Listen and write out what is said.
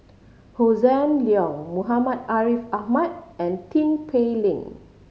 Hossan Leong Muhammad Ariff Ahmad and Tin Pei Ling